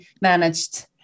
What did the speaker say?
managed